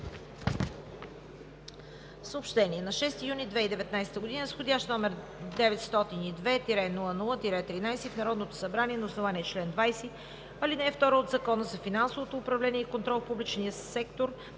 Съобщения: На 6 юни 2019 г., с вх. № 902-00-13, в Народното събрание на основание чл. 20, ал. 2 от Закона за финансовото управление и контрол в публичния сектор